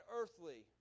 earthly